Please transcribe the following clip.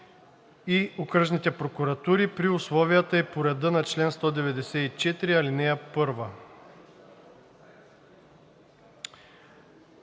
в окръжните прокуратури при условията и по реда на чл. 194, ал. 1.